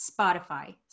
Spotify